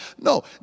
No